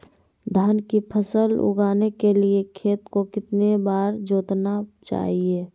धान की फसल उगाने के लिए खेत को कितने बार जोतना चाइए?